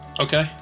Okay